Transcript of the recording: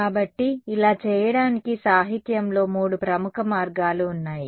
కాబట్టి ఇలా చేయడానికి సాహిత్యంలో మూడు ప్రముఖ మార్గాలు ఉన్నాయి